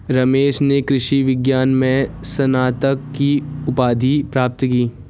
रमेश ने कृषि विज्ञान में स्नातक की उपाधि प्राप्त की